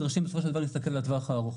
-- להסתכל על הטווח הארוך.